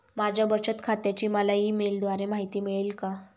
माझ्या बचत खात्याची मला ई मेलद्वारे माहिती मिळेल का?